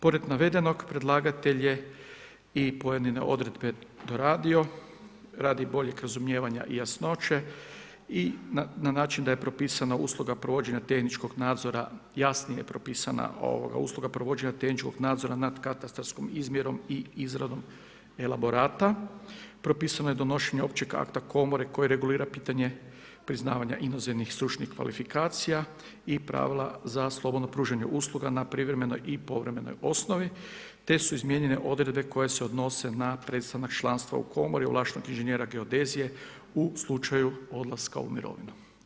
Pored navedenog predlagatelj je i pojedine odredbe doradio radi boljeg razumijevanja i jasnoće i na način da je propisana usluga provođenja tehničkog nadzora, jasnije je propisana usluga provođenja tehničkog nadzora nad katastarskom izmjerom i izradom elaborata, propisano je donošenje općeg akta komore koji regulira pitanje priznavanja inozemnih stručnih kvalifikacija i pravila za slobodno pružanje usluga na privremenoj i povremenoj osnovi, te su izmijenjene odredbe koje se odnose na prestanak članstva na komori ovlaštenog inženjera geodezije u slučaju odlaska u mirovinu.